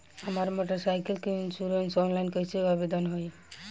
हमार motorcycle के insurance online कईसे आवेदन होई?